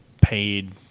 paid